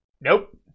Nope